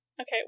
Okay